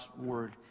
Word